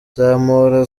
zamura